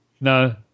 No